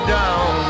down